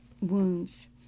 wounds